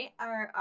right